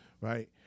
right